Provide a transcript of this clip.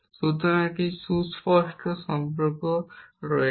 সুতরাং একটি সুস্পষ্ট সম্পর্ক রয়েছে